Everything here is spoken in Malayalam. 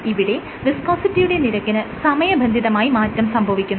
ഇവിടെ വിസ്കോസിറ്റിയുടെ നിരക്കിന് സമയബന്ധിതമായി മാറ്റം സംഭവിക്കുന്നുണ്ട്